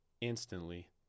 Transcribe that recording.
instantly